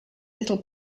little